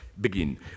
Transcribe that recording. begin